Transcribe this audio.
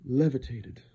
levitated